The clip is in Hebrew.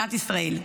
במדינת ישראל.